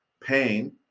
pain